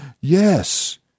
yes